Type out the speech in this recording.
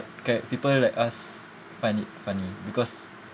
okay people like us find it funny because